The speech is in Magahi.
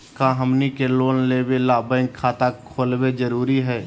का हमनी के लोन लेबे ला बैंक खाता खोलबे जरुरी हई?